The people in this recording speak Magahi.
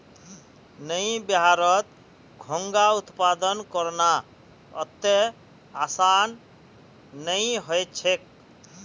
नइ बिहारत घोंघा उत्पादन करना अत्ते आसान नइ ह छेक